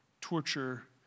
torture